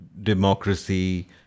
democracy